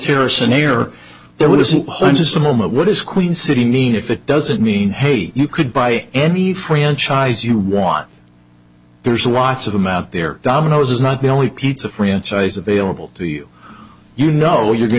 cirrus an a or there wasn't one says the moment what is queen city mean if it doesn't mean hey you could buy any franchise you want there's lots of them out there domino's is not the only pizza franchise available to you you know you're going